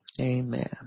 Amen